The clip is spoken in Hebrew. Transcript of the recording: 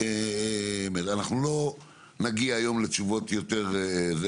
אנחנו לא נגיע היום לתשובות יותר טובות.